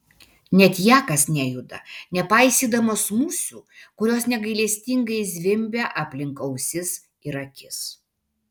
net jakas nejuda nepaisydamas musių kurios negailestingai zvimbia aplink ausis ir akis